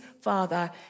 father